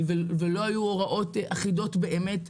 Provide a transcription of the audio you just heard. ולא היו הוראות אחידות באמת.